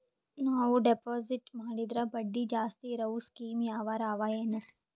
ನಾವು ಡೆಪಾಜಿಟ್ ಮಾಡಿದರ ಬಡ್ಡಿ ಜಾಸ್ತಿ ಇರವು ಸ್ಕೀಮ ಯಾವಾರ ಅವ ಏನ?